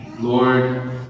Lord